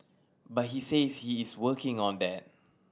but he says he is working on that